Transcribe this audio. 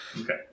Okay